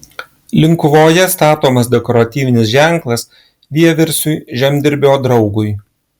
linkuvoje statomas dekoratyvinis ženklas vieversiui žemdirbio draugui